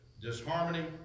disharmony